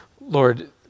Lord